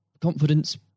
confidence